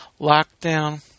lockdown